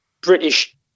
British